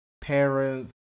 parents